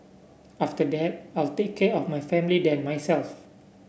after that I'll take care of my family then myself